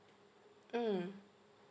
mm